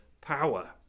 power